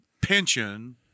pension